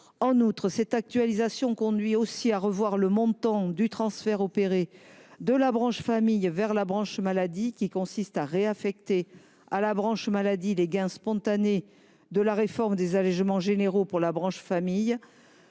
En outre, cette actualisation conduit à revoir le montant du transfert réalisé de la branche famille vers la branche maladie, qui consiste à réaffecter à cette dernière les gains spontanés de la réforme des allégements généraux pour la branche famille